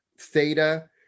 theta